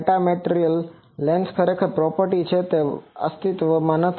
metamaterial ખરેખર property તરીકે એ છે કે જે અસ્તિત્વમાં નથી